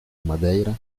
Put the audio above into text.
madeira